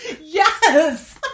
Yes